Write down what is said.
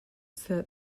that